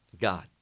God